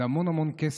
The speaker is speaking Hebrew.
זה המון המון כסף.